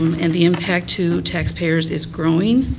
and the impact to taxpayers is growing.